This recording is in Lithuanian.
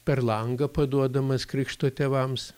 per langą paduodamas krikšto tėvams